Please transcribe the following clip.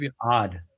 odd